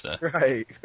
Right